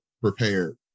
prepared